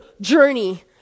journey